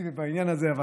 בעניין הזה.